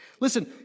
Listen